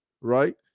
right